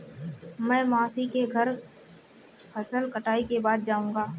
मैं मौसी के घर फसल कटाई के बाद जाऊंगा